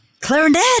Clarinet